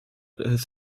his